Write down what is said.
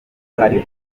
hari